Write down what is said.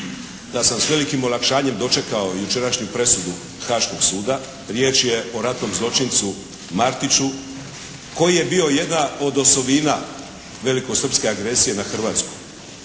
da sam s velikim olakšanjem dočekao jučerašnju presudu Haaškog suda. Riječ je o ratnom zločincu Martiću koji je bio jedna od osovina velikosrpske agresije na Hrvatsku.